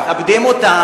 איך יכול להיות?